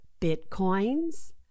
bitcoins